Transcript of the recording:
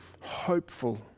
hopeful